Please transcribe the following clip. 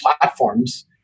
platforms